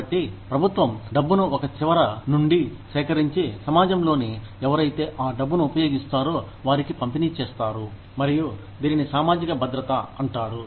కాబట్టి ప్రభుత్వం డబ్బును ఒక చివర నుండి సేకరించి సమాజంలోని ఎవరైతే ఆ డబ్బును ఉపయోగిస్తారో వారికి పంపిణీ చేస్తారు మరియు దీనిని సామాజిక భద్రత అంటారు